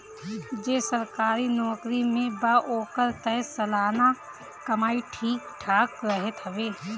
जे सरकारी नोकरी में बा ओकर तअ सलाना कमाई ठीक ठाक रहत हवे